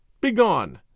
Begone